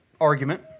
argument